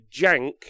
jank